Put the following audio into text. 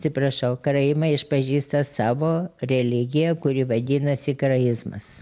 atsiprašau karaimai išpažįsta savo religiją kuri vadinasi karaizmas